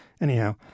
Anyhow